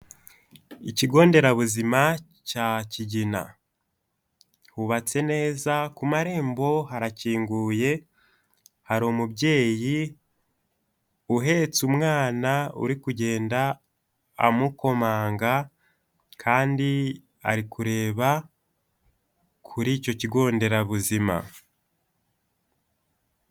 Ikigonderabuzima cya kigina hubatse neza ku marembo harakinguye, hari umubyeyi uhetse umwana uri kugenda amukomanga kandi ari kureba kuri icyo kigonderabuzima.